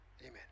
amen